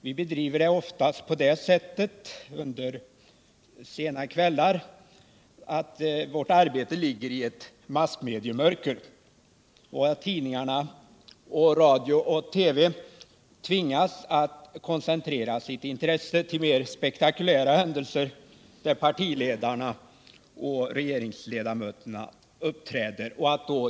Vi bedriver oftast arbetet under sena kvällar så att det ligger i massmediemörker. Tidningar, radio och TV tvingas då att koncentrera sitt intresse till mer spektakulära händelser, där partiledarna och regeringsledamöterna uppträder.